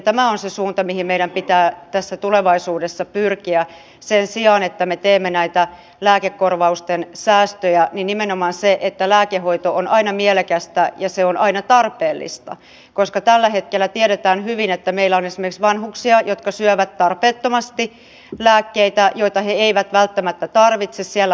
tämä on se suunta mihin meidän pitää tulevaisuudessa tässä pyrkiä sen sijaan että me teemme näitä lääkekorvausten säästöjä nimenomaan se että lääkehoito on aina mielekästä ja se on aina tarpeellista koska tiedetään hyvin että tällä hetkellä meillä on esimerkiksi vanhuksia jotka syövät tarpeettomasti lääkkeitä joita he eivät välttämättä tarvitse siellä on päällekkäisyyttä